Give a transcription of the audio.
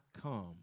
come